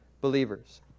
believers